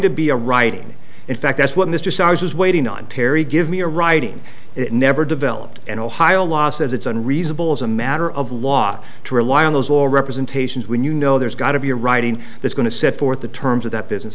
to be a writing in fact that's what mr starr's was waiting on terry give me a writing it never developed and ohio law says it's unreasonable as a matter of law to rely on those or representations when you know there's got to be a writing that's going to set forth the terms of that business